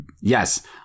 yes